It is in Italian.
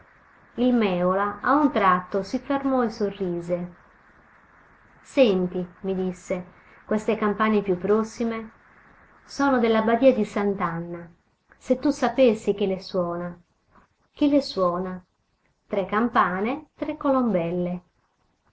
il mèola a un tratto si fermò e sorrise senti mi disse queste campane più prossime sono della badia di sant'anna se tu sapessi chi le suona chi le suona tre campane tre colombelle